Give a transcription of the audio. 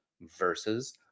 versus